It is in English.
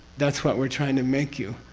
that's what we're trying to make you.